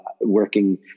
working